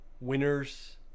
winners